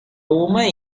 woman